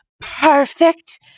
perfect